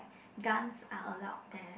guns are allowed there